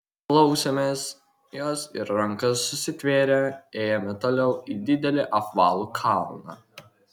klausėmės jos ir rankas susitvėrę ėjome toliau į didelį apvalų kalną